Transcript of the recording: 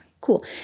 cool